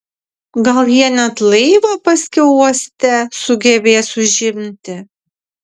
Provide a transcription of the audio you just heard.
gal jie net laivą paskiau uoste sugebės užimti